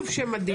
לובשי מדים,